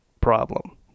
problem